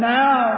now